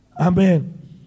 amen